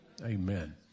Amen